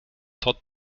tot